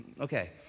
Okay